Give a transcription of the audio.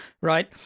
right